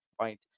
point